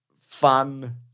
fun